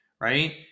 right